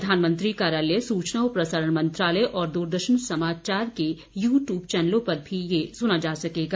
प्रधानमंत्री कार्यालय सूचना व प्रसारण मंत्रालय और दूरदर्शन समाचार के यू टयूब चैनलों पर भी यह सुना जा सकेगा